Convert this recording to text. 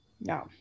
No